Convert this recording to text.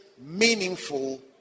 meaningful